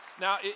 Now